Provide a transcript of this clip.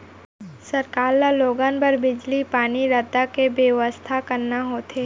सरकार ल लोगन बर बिजली, पानी, रद्दा के बेवस्था करना होथे